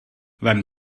vem